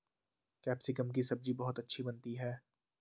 capsicum की सब्जी बहुत अच्छी बनती है